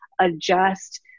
adjust